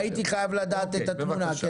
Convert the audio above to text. הייתי חייב לדעת את התמונה.